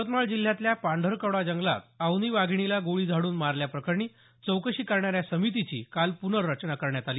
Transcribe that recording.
यवतमाळ जिल्ह्यातल्या पांढरकवडा जंगलात अवनी वाधिणीला गोळी झाडून मारल्या प्रकरणी चौकशी करणाऱ्या समितीची काल प्नर्रचना करण्यात आली